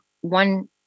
one